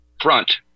front